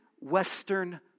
Western